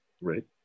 Right